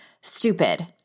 stupid